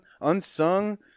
unsung